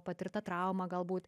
patirtą traumą galbūt